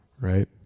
Right